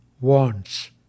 wants